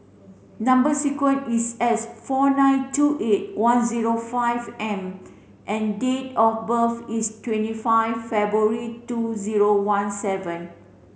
number sequence is S four nine two eight one zero five M and date of birth is twenty five February two zero one seven